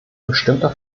bestimmter